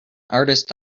artist